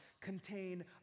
contain